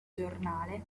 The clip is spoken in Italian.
giornale